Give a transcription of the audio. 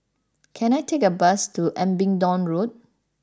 can I take a bus to Abingdon Road